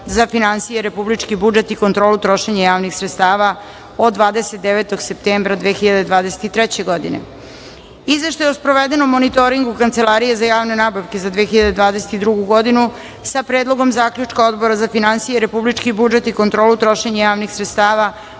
za finansije, republički budžet i kontrolu trošenja javnih sredstava od 29. septembra 2023. godine;47. Izveštaj o sprovedenom monitoringu Kancelarije za javne nabavke za 2022. godinu, sa Predlogom zaključka Odbora za finansije, republički budžet i kontrolu trošenja javnih sredstava